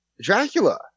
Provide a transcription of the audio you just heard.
Dracula